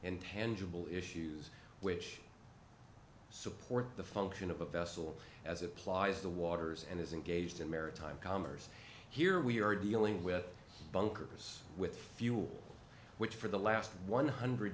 intangible issues which i support the function of a vessel as it applies the waters and is engaged in maritime commerce here we are dealing with bunkers with fuel which for the last one hundred